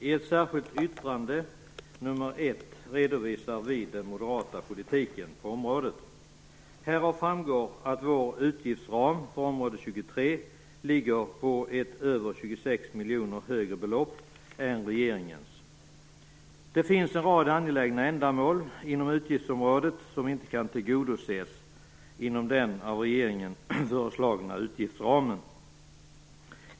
I ett särskilt yttrande nr 1 redovisar vi den moderata politiken på området. Härav framgår att vår utgiftsram för område 23 ligger på ett över 26 miljoner högre belopp än regeringens. Det finns en rad angelägna ändamål inom utgiftsområdet som inte kan tillgodoses inom den av regeringen föreslagna utgiftsramen.